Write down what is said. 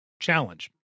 challenge